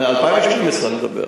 על 2012 אני מדבר.